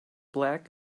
black